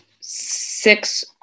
six